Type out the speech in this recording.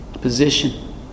Position